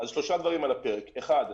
אז שלושה דברים על הפרק: אחד,